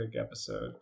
episode